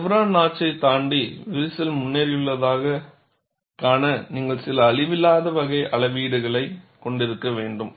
chevron நாட்ச்யைத் தாண்டி விரிசல் முன்னேறியுள்ளதைக் காண நீங்கள் சில அழிவில்லாத வகை அளவீடுகளைக் கொண்டிருக்க வேண்டும்